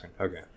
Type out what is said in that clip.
Okay